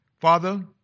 Father